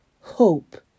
Hope